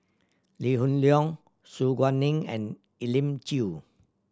Lee Hoon Leong Su Guaning and Elim Chew